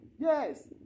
yes